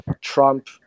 Trump